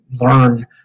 learn